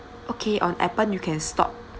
okay on Appen you can stop